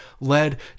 led